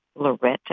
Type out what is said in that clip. Loretta